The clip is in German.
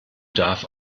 darf